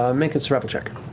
um make a survival check.